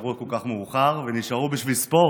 שנשארו כל כך מאוחר ונשארו בשביל ספורט,